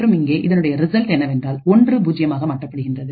மற்றும் இங்கே இதனுடைய ரிசல்ட் என்னவென்றால் ஒன்று பூஜ்ஜியமாக மாற்றப்படுகின்றது